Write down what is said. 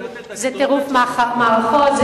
זה טירוף מערכות,